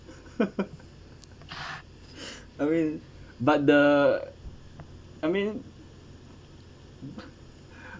I mean but the I mean